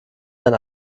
sein